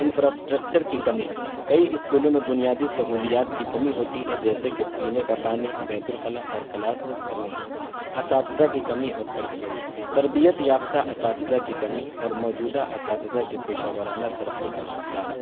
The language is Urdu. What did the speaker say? انفراسٹرکچر کی کمی کئی اسکولوں میں بنیادی سہولیات کی کمی ہوتی ہے جیسے کہ پینے کا پانی بیت الخلا اور کلاس اور رومز اساتذہ کی کمی اور تربیت تربیت یافتہ اساتذہ کی کمی اور موجودہ اساتذہ کی پیشہ وارانہ ترقی کا فقدان